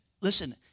listen